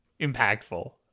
Impactful